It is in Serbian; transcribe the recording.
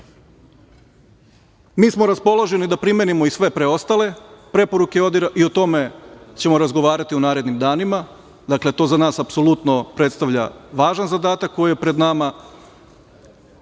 mi smo raspoloženi da primenimo i sve preostale preporuke ODIHR-a i o tome ćemo razgovarati u narednim danima, dakle, to za nas apsolutno predstavlja važan zadatak koji je pred nama,